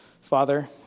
Father